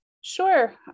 Sure